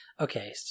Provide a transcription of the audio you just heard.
Okay